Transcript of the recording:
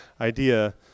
idea